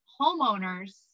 homeowners